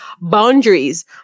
boundaries